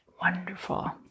wonderful